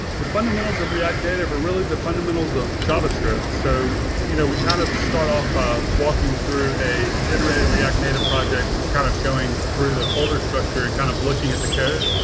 the fundamentals of react native are really the fundamentals of javascript. so you know we kind of start of by walking through a generated react native project just kind of going through the folder structure and kind of looking at the code.